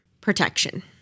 Protection